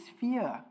fear